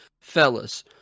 fellas